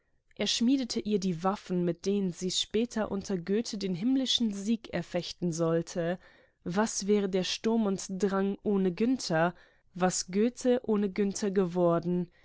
er schmiedete ihr die waffen mit denen sie später unter goethe den himmlischen sieg erfechten sollte was wäre der sturm und drang ohne günther was goethe ohne günther geworden